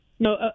No